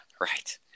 right